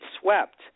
swept